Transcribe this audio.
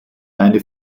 eine